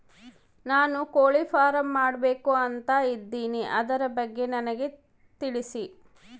ನಾನು ಕೋಳಿ ಫಾರಂ ಮಾಡಬೇಕು ಅಂತ ಇದಿನಿ ಅದರ ಬಗ್ಗೆ ನನಗೆ ತಿಳಿಸಿ?